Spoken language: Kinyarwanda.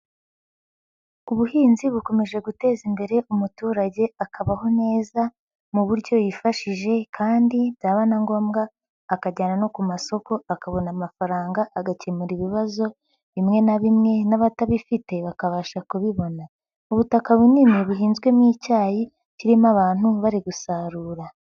Ubuhinzi bukomeje guteza imbere umuturage akabaho neza mu buryo yifashije kandi byaba na ngombwa akajyana no ku masoko akabona amafaranga agakemura ibibazo bimwe na bimwe n'abatabifite bakabasha kubibona. Ubutaka bunini buhinzwemo icyayi kirimo abantu bari gusarura.